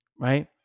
Right